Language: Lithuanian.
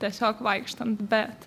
tiesiog vaikštant bet